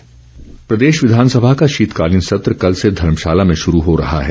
विधानसभा सत्र प्रदेश विधानसभा का शीतकालीन सत्र कल से धर्मशाला में शुरू हो रहा है